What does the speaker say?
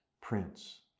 prince